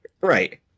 Right